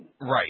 Right